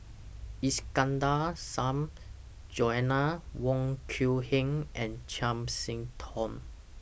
Iskandar Shah Joanna Wong Quee Heng and Chiam See Tong